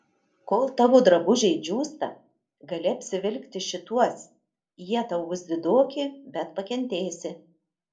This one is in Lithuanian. kol tavo drabužiai džiūsta gali apsivilkti šituos jie tau bus didoki bet pakentėsi